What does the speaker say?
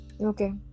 Okay